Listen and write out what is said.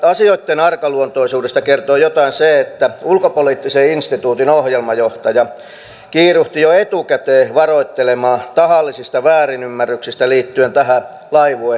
asioitten arkaluontoisuudesta kertoo jotain se että ulkopoliittisen instituutin ohjelmajohtaja kiiruhti jo etukäteen varoittelemaan tahallisista väärinymmärryksistä liittyen tähän laivuevierailuun